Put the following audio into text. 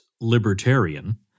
libertarian –